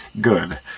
Good